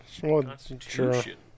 Constitution